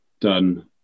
done